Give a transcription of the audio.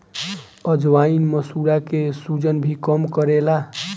अजवाईन मसूड़ा के सुजन भी कम करेला